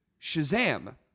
Shazam